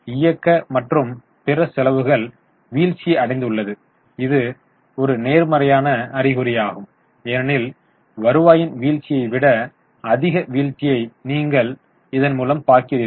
இயக்க மற்றும் பிற செலவுகள் வீழ்ச்சி அடைந்துள்ளது இது ஒரு நேர்மறையான அறிகுறியாகும் ஏனெனில் வருவாயின் வீழ்ச்சியை விட அதிக வீழ்ச்சியை நீங்கள் இதன் மூலம் பார்க்கிறீர்கள்